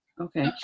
Okay